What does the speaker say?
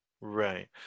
Right